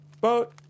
Boat